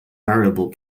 variable